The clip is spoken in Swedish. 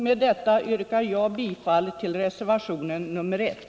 Med detta yrkar jag bifall till reservation nr 1.